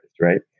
right